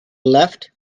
left